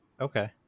Okay